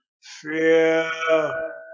fear